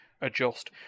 adjust